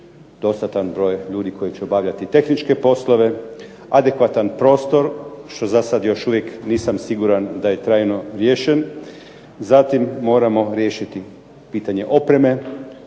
dostatan broj ljudi koji će obavljati tehničke poslove, adekvatan prostor, što zasad još uvijek nisam siguran da je trajno riješen, zatim moramo riješiti pitanje opreme,